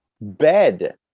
bed